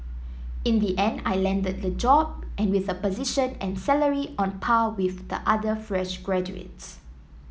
in the end I landed the job and with a position and salary on par with the other fresh graduates